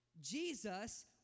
Jesus